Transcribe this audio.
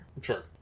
Sure